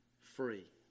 free